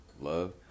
love